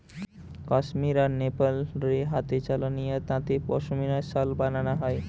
কামীর আর নেপাল রে হাতে চালানিয়া তাঁতে পশমিনা শাল বানানা হয়